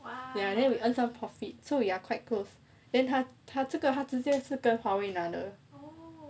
ya then we earn some profit so we are quite close then 他他这个他直接跟华为拿的